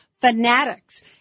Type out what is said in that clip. fanatics